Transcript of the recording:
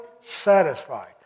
satisfied